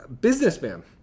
businessman